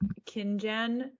Kinjan